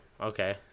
okay